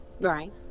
right